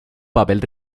papel